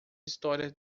histórias